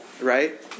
Right